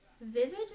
Vivid